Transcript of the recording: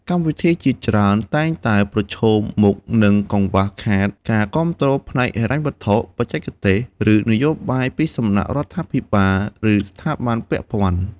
កម្មវិធីជាច្រើនតែងតែប្រឈមមុខនឹងកង្វះខាតការគាំទ្រផ្នែកហិរញ្ញវត្ថុ បច្ចេកទេស ឬនយោបាយពីសំណាក់រដ្ឋាភិបាល ឬស្ថាប័នពាក់ព័ន្ធ។